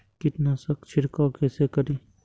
कीट नाशक छीरकाउ केसे करी?